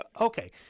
okay